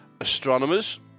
Astronomers